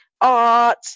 art